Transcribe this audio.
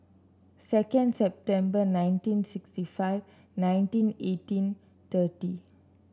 second September nineteen sixty five nineteen eighteen thirty